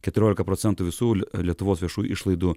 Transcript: keturiolika procentų visų lietuvos viešųjų išlaidų